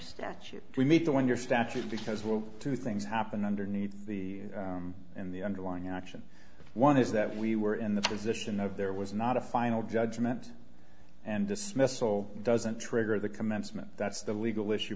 statute we meet the one you're statute because well two things happened underneath the in the underlying action one is that we were in the position of there was not a final judgment and dismissal doesn't trigger the commencement that's the legal issue